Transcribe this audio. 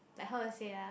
like how to say ah